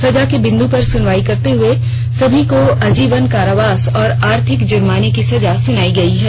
सजा के बिंद् पर सुनवाई करते हुए सभी को आजीवन कारावास और आर्थिक जुर्माना की सजा सुनाई गई है